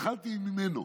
התחלתי ממנו,